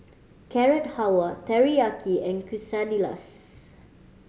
Carrot Halwa Teriyaki and Quesadillas